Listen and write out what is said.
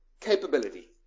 capability